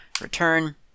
return